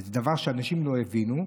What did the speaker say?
וזה דבר שאנשים לא הבינו,